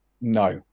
No